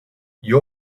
you